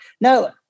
no